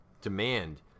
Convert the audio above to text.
demand